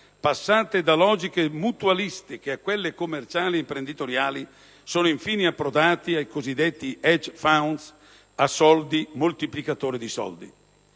passati da logiche mutualistiche a quelle commerciali ed imprenditoriali, sono infine approdati con i cosiddetti *hedge fund* a soldi moltiplicatori di soldi.